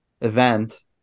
event